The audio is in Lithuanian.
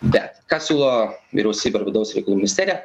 bet ką siūlo vyriausybė ir vidaus reikalų ministerija